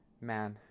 man